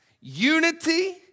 unity